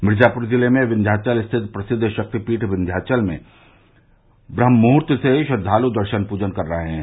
मिर्जपुर जिले के विन्ध्यावल स्थित प्रसिद्द शक्तिपीठ विन्ध्याचलधाम में ब्रम्हमुहूर्त से ही श्रद्वालु दर्शन पूजन कर रहे हैं